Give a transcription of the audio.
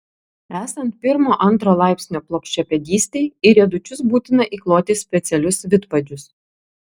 esant pirmo antro laipsnio plokščiapėdystei į riedučius būtina įkloti specialius vidpadžius